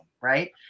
Right